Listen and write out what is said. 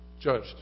judged